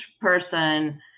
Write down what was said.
person